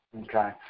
Okay